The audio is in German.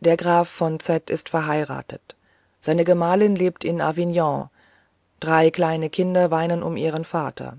der graf v z ist verheiratet seine gemahlin lebt in avignon drei kleine kinder weinen um ihren vater